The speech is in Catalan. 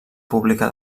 pública